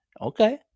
Okay